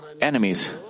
enemies